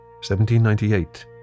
1798